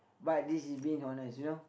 but this is been honest you know